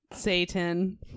Satan